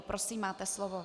Prosím, máte slovo.